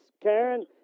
Karen